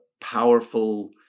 powerful